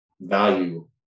value